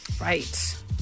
Right